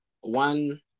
One